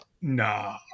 Nah